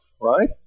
right